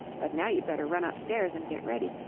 but now you'd better run upstairs and get ready,